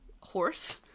Horse